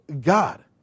God